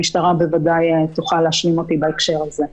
המשטרה בוודאי תוכל להשלים את הדברים בהקשר הזה.